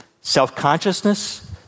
Self-consciousness